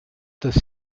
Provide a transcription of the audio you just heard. dass